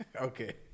Okay